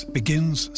begins